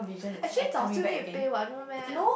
actually 早就: zao jiu still need to pay what no meh